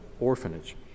orphanage